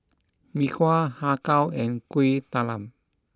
Mee Kuah Har Kow and Kuih Talam